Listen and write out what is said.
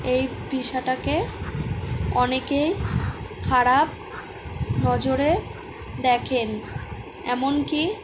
এই পেশাটাকে অনেকেই খারাপ নজরে দেখেন এমনকি